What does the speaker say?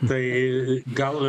tai gal